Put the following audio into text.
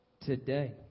today